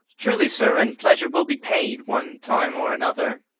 truly, sir, and pleasure will be paid one time or another.